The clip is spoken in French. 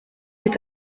est